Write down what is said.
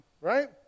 Right